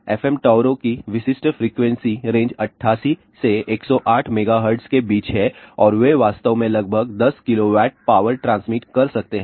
FM टावरों की विशिष्ट फ्रीक्वेंसी रेंज 88 से 108 MHz के बीच है और वे वास्तव में लगभग 10 KW पावर ट्रांसमिट कर सकते हैं